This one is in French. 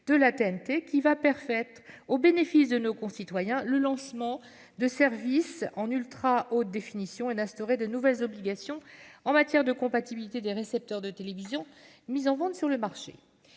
terrestre, qui va permettre, au bénéfice de nos concitoyens, de lancer des services en ultra haute définition et d'instaurer de nouvelles obligations en matière de compatibilité des récepteurs de télévision mis en vente sur le marché.